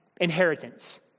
inheritance